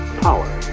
Power